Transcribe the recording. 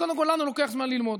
קודם כול לנו לוקח זמן ללמוד.